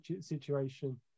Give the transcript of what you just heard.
situation